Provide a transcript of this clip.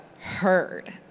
heard